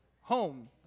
Home